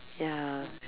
ya